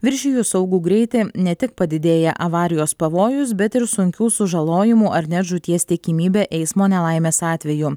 viršijus saugų greitį ne tik padidėja avarijos pavojus bet ir sunkių sužalojimų ar net žūties tikimybė eismo nelaimės atveju